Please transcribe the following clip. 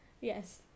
Yes